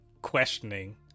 questioning